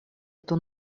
эту